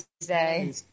today